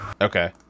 Okay